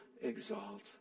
exalt